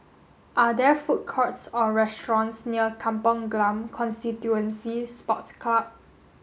are there food courts or restaurants near Kampong Glam Constituency Sports Club